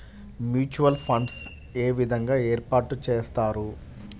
Mutual funds ఏ విధంగా ఏర్పాటు చేస్తారు?